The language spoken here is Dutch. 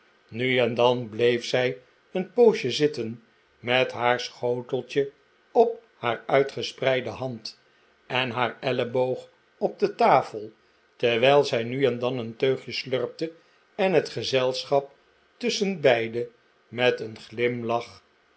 nu en dan bleef zij een poosje zitten met haar schoteltje op haar uitgespreide hand en haar elleboog op de tafel terwijl zij nu en dan een teugje slurpte en het gezelschap tusschenbeide met een glimlach